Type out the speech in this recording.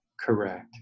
Correct